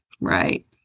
Right